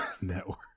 network